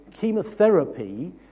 chemotherapy